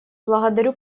благодарю